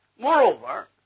Moreover